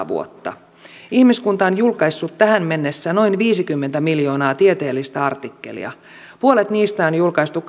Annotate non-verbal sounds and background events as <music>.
<unintelligible> vuotta ihmiskunta on julkaissut tähän mennessä noin viisikymmentä miljoonaa tieteellistä artikkelia puolet niistä on julkaistu <unintelligible>